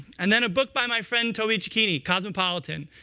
and then a book by my friend toby checchini cosmopolitan.